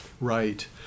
Right